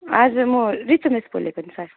हजुर म रिचा मिस बोलेको नि सर